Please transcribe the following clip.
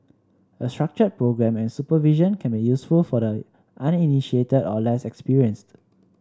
a structured programme and supervision can be useful for the uninitiated or less experienced